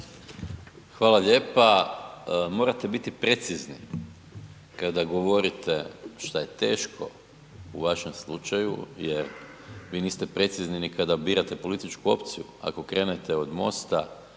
Hvala lijepa. Morate biti precizni kada govorite, što je teško u vašem slučaju jer vi niste precizni ni kada birate političku opciju. Ako krenete od MOST-a,